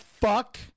fuck